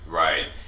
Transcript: right